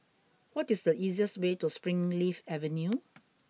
what is the easiest way to Springleaf Avenue